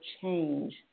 change